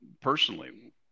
personally